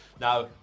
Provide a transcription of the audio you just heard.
Now